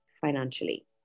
financially